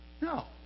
No